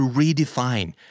redefine